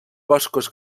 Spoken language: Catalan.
boscos